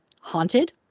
haunted